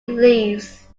leaves